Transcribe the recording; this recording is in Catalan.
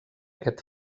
aquest